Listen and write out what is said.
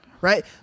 right